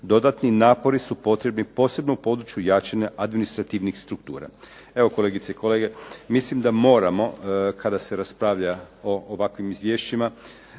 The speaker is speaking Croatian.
dodatni napori su potrebni posebno u području jačanja administrativnih struktura. Evo kolegice i kolege, mislim da moramo kada se raspravlja o ovakvim izvješćima